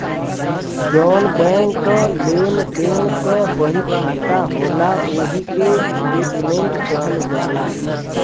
जौन बैंक क लेन देन क बहिखाता होला ओही के स्टेट्मेंट कहल जाला